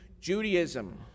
Judaism